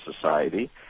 society